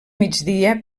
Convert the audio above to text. migdia